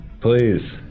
Please